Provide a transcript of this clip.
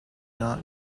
not